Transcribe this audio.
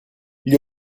gli